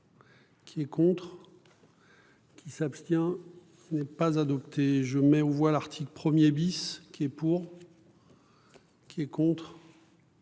Qui est contre. Qui s'abstient. N'est pas adopté, je mets aux voix l'article 1er bis qui est pour. Qui est contre.